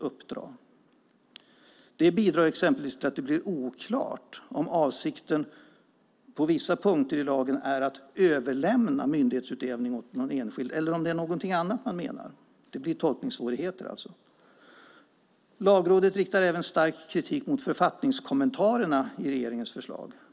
Det bidrar till att det blir oklart om avsikten på vissa punkter i lagen är att överlämna myndighetsutövning åt någon enskild eller om det är något annat man menar. Det blir alltså tolkningssvårigheter. Lagrådet riktar även stark kritik mot författningskommentarerna i regeringens förslag.